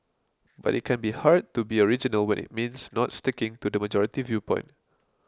but it can be hard to be original when it means not sticking to the majority viewpoint